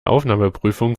aufnahmeprüfung